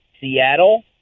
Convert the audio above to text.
Seattle